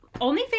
OnlyFans